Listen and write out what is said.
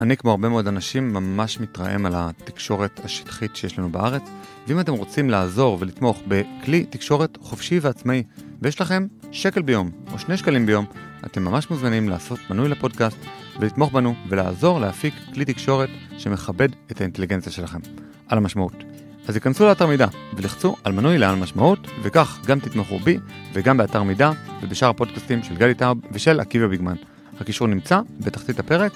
אני כמו הרבה מאוד אנשים ממש מתרעם על התקשורת השטחית שיש לנו בארץ, ואם אתם רוצים לעזור ולתמוך בכלי תקשורת חופשי ועצמאי, ויש לכם שקל ביום או שני שקלים ביום, אתם ממש מוזמנים לעשות מנוי לפודקאסט, ולתמוך בנו ולעזור להפיק כלי תקשורת שמכבד את האינטליגנציה שלכם, על המשמעות. אז היכנסו לאתר מידע ולחצו על מנוי לעל המשמעות, וכך גם תתמכו בי וגם באתר מידע ובשאר הפודקאסטים של גליטאב ושל עקיבא ביקמן. הקישור נמצא בתחתית הפרק.